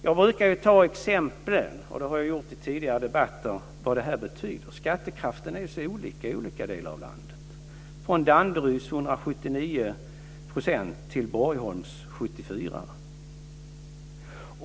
Jag brukar ta exempel - det har jag gjort i tidigare debatter - på vad detta betyder. Skattekraften är ju så olika i olika delar av landet - från Danderyds 179 % till Borgholms 74.